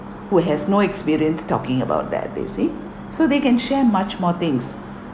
who has no experience talking about that they see so they can share much more things